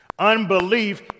Unbelief